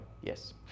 yes